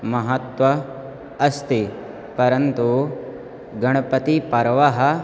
महत्त्वम् अस्ति परन्तु गणपतिपर्वणः